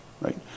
right